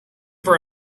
for